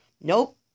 nope